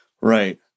Right